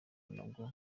nabwo